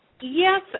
Yes